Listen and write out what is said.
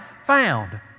found